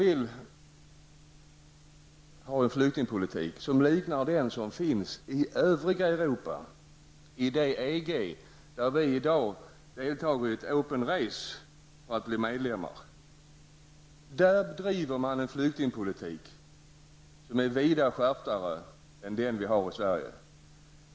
Vill man ha en flyktingpolitik som liknar den som finns i övriga Europa, i det EG som Sverige i dag deltar i ett open race för att bli medlem i? Där bedriver man en flyktingpolitik som är vida mer skärpt än den som bedrivs i Sverige.